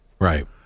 Right